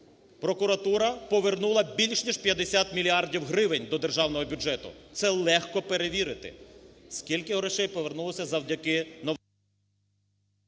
Прокуратура повернула більше, ніж 50 мільярдів гривень до державного бюджету, це легко перевірити. Скільки грошей повернулося завдяки...